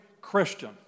Christian